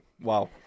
Wow